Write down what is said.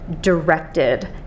directed